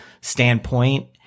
standpoint